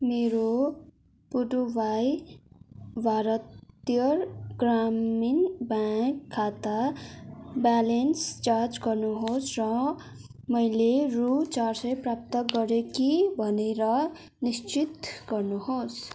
मेरो पुडुवाई भारतिय ग्रामीण ब्याङ्क खाता ब्यालेन्स जाँच गर्नुहोस् र मैले रु चार सय प्राप्त गरेँ कि भनेर निश्चित गर्नुहोस्